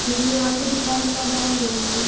फिर में आपको दिखाने कब आउँ मैडम जी